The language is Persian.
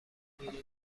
مهمونی